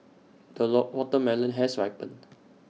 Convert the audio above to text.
the watermelon has ripened